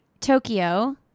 Tokyo